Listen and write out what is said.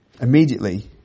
Immediately